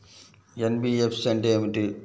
NBFC అంటే ఏమిటి?